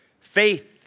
Faith